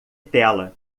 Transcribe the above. tela